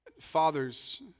fathers